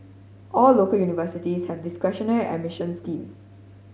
all local universities have discretionary admission schemes